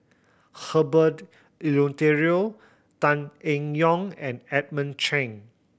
Herbert Eleuterio Tan Eng Yoon and Edmund Cheng